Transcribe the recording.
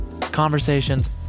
conversations